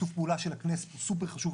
שיתוף פעולה של הכנסת הוא סופר חשוב.